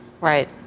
Right